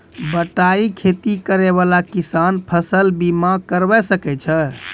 बटाई खेती करै वाला किसान फ़सल बीमा करबै सकै छौ?